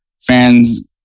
fans